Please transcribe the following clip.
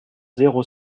zéro